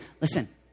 Listen